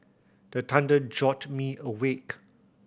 the thunder jolt me awake